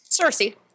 Cersei